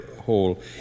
Hall